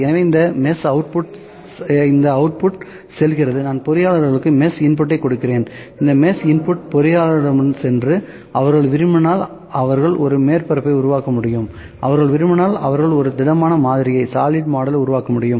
எனவே இந்த அவுட்புட் செல்கிறது நான் பொறியாளர்களுக்கு மெஷ் இன்புட்டை கொடுக்கிறேன் இந்த மெஷ் இன்புட் பொறியாளர்களிடம் சென்று அவர்கள் விரும்பினால் அவர்கள் ஒரு மேற்பரப்பை உருவாக்க முடியும் அவர்கள் விரும்பினால் அவர்கள் ஒரு திடமான மாதிரியை உருவாக்க முடியும்